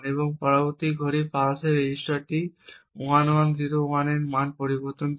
এবং পরবর্তী ঘড়ির পালসে রেজিস্টারটি 1101 এর মান পরিবর্তন করে